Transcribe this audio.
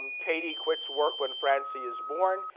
katie quits work when francie is born,